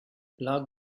loch